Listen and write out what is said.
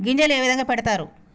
గింజలు ఏ విధంగా పెడతారు?